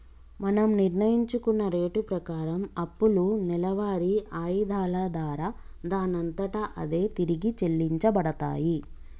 మనం నిర్ణయించుకున్న రేటు ప్రకారం అప్పులు నెలవారి ఆయిధాల దారా దానంతట అదే తిరిగి చెల్లించబడతాయి